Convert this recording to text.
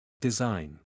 Design